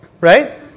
right